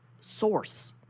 source